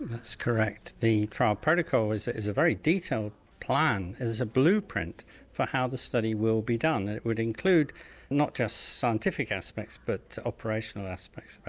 that's correct, the trial protocol is is a very detailed plan, it's a blueprint for how the study will be done, and it would include not just scientific aspects but operational aspects,